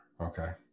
okay